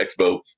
Expo